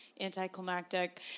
anticlimactic